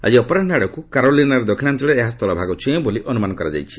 ଆଜି ଅପରାହ୍ନ ଆଡ଼କୁ କାରୋଲିନାର ଦକ୍ଷିଣାଞ୍ଚଳରେ ଏହା ସ୍ଥଳଭାଗ ଛୁଇଁବ ବୋଲି ଅନୁମାନ କରାଯାଉଛି